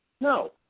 No